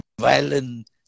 violent